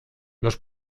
los